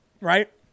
right